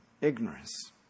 Ignorance